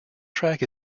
track